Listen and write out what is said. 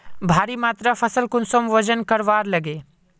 भारी मात्रा फसल कुंसम वजन करवार लगे?